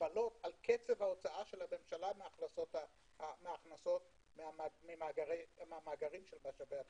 מגבלות על קצב ההוצאה של הממשלה מהכנסות מהמאגרים של משאבי הטבע,